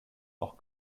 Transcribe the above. auch